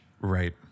Right